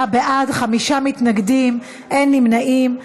בעד, 25, נגד, שישה, אין נמנעים.